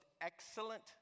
excellent